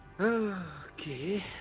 Okay